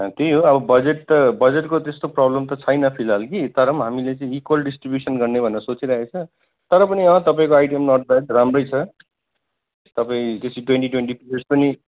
त्यही हो अब बजट त बजटको त्यस्तो प्रब्लम त छैन फिलहाल कि तर पनि हामीले चाहिँ इक्वेल डिस्ट्रिब्युसन गर्ने भनेर सोचिरहेको छौँ तर पनि अँ तपाईँको आइडिया नट ब्याड राम्रै छ तपाईँ बेसी ट्वेन्टी ट्वेन्टी रुपिस पनि